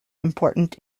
important